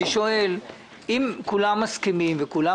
אני שואל: אם כולם מסכימים וכולם